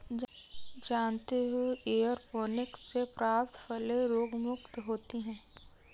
जानते हो एयरोपोनिक्स से प्राप्त फलें रोगमुक्त होती हैं